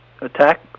attack